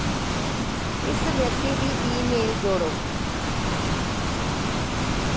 इस व्यक्ति दी ईमेल जोड़ो